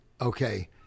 okay